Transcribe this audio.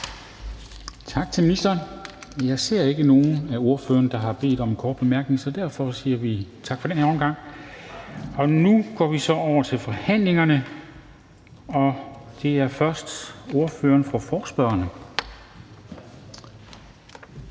Tak til ministeren. Jeg ser ikke, at der er nogen af ordførerne, der har bedt om en kort bemærkning, så derfor siger vi tak for den her omgang. Nu går vi så over til forhandlingerne, og det er først ordføreren for forespørgerne,